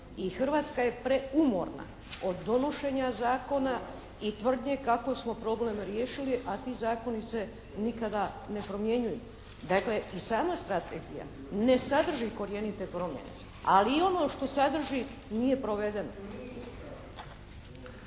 Hrvatska je preumorna od donošenja zakona i tvrdnje kako smo problem riješili, a ti zakoni se nikada ne primjenjuju. Dakle, i sama strategije ne sadrži korijenite promjene ali i ono što sadrži nije provedeno.